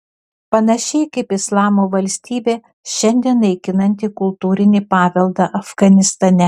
panašiai kaip islamo valstybė šiandien naikinanti kultūrinį paveldą afganistane